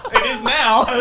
is now.